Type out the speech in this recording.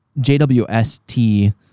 JWST